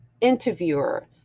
interviewer